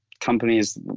companies